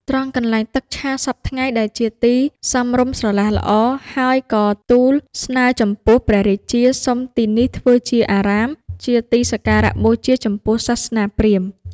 ត្រង់កន្លែងទឹកឆាសព្វថ្ងៃ ដែលជាទីសមរម្យស្រឡះល្អ ហើយក៏ទូលស្នើចំពោះព្រះរាជា សុំទីនេះធ្វើជាអារាម ជាទីសក្ការបូជាចំពោះសាសនាព្រាហ្មណ៍